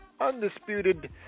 undisputed